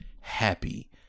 happy